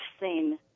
seen